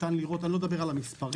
אני לא מדבר על המספרים,